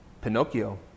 Pinocchio